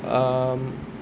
um